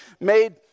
made